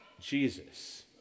Jesus